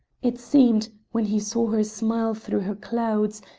it seemed, when he saw her smile through her clouds,